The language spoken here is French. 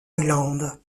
island